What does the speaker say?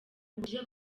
buryo